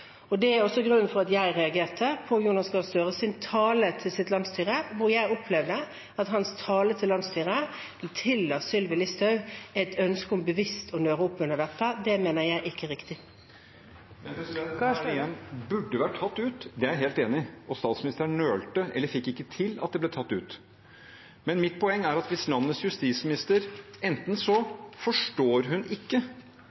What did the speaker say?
Det er også grunnen til at jeg reagerte på Jonas Gahr Støres tale til sitt landsstyre, hvor jeg opplevde at han tilla Sylvi Listhaug et ønske om bevisst å nøre opp under dette. Det mener jeg ikke er riktig. Det blir oppfølgingsspørsmål – først Jonas Gahr Støre. Her er vi igjen: Det burde vært tatt ut. Det er jeg helt enig i. Men statsministeren nølte, eller fikk ikke til at det ble tatt ut. Mitt poeng er at hvis ikke landets justisminister,